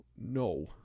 No